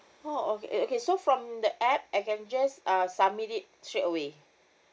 oh okay uh okay so from the app I can just uh submit it straight away